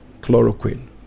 chloroquine